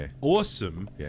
awesome